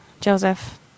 Joseph